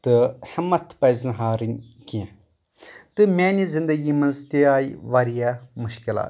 تہٕ ہیٚمت پزِ نہٕ ہارٕنۍ کینٛہہ تہٕ میانہِ زندگی منٛز تہِ آیہِ واریاہ مُشکلات